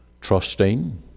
trusting